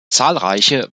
zahlreiche